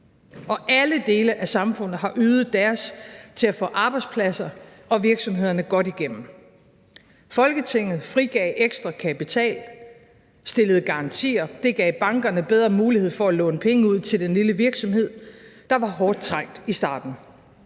og alle dele af samfundet har ydet deres til at få arbejdspladser og virksomhederne godt igennem. Folketinget frigav ekstra kapital, stillede garantier. Det gav bankerne bedre mulighed for at låne penge ud til den lille virksomhed, der var hårdt trængt i starten.